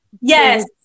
Yes